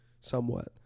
somewhat